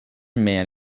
man